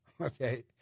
Okay